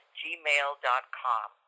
gmail.com